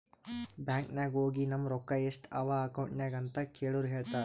bank ನಾಗ್ ಹೋಗಿ ನಮ್ ರೊಕ್ಕಾ ಎಸ್ಟ್ ಅವಾ ಅಕೌಂಟ್ನಾಗ್ ಅಂತ್ ಕೇಳುರ್ ಹೇಳ್ತಾರ್